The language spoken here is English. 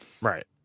Right